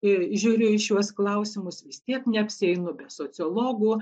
ir žiūriu į šiuos klausimus vis tiek neapsieinu be sociologų